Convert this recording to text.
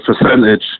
percentage